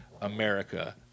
America